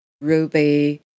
Ruby